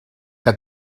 que